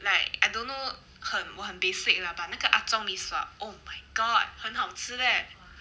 like I don't know 很我很 basic lah but 那个阿忠 mee sua oh my god 很好吃 leh